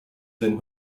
than